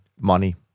money